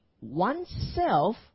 oneself